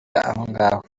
ahongaho